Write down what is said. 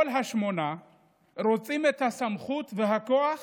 כל השמונה רוצים את הסמכות והכוח